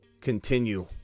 continue